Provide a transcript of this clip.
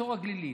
בחצור הגלילית.